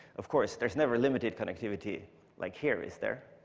of course, there's never limited connectivity like here is there?